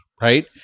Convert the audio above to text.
right